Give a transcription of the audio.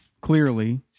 clearly